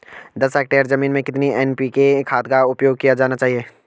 दस हेक्टेयर जमीन में कितनी एन.पी.के खाद का उपयोग किया जाना चाहिए?